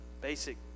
basic